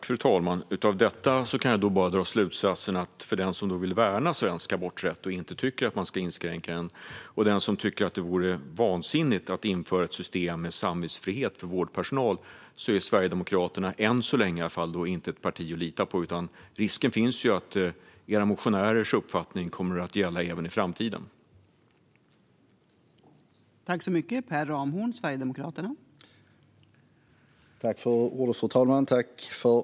Fru talman! Utifrån detta kan jag bara dra slutsatsen att för den som vill värna svensk aborträtt och inte tycker att den ska inskränks, liksom för den som tycker att det vore vansinnigt att införa ett system med samvetsfrihet för vårdpersonal, är Sverigedemokraterna än så länge inte ett parti att lita på. Risken finns nämligen att era motionärers uppfattning kommer att gälla även i framtiden, Per Ramhorn.